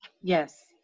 Yes